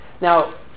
now